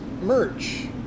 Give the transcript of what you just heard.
merch